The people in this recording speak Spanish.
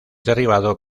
derribado